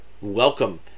welcome